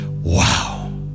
Wow